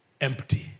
empty